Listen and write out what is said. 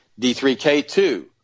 D3K2